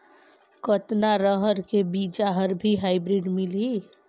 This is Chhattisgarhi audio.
कतना रहर के बीजा हर भी हाईब्रिड मिलही?